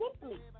simply